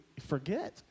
forget